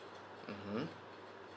mmhmm